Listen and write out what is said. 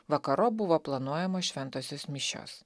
vakarop buvo planuojamos šventosios mišios